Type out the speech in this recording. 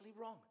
wrong